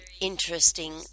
interesting